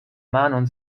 manon